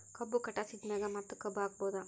ಕಬ್ಬು ಕಟಾಸಿದ್ ಮ್ಯಾಗ ಮತ್ತ ಕಬ್ಬು ಹಾಕಬಹುದಾ?